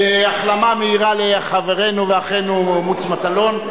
החלמה מהירה לחברנו ואחינו מוץ מטלון,